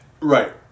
Right